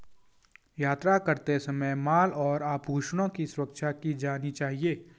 यात्रा करते समय माल और आभूषणों की सुरक्षा की जानी चाहिए